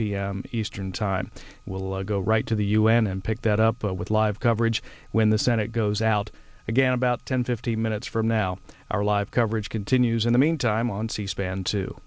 m eastern time will go right to the u n and pick that up with live coverage when the senate goes out again about ten fifteen minutes from now our live coverage continues in the meantime on cspan to